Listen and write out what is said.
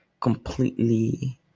completely